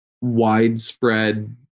widespread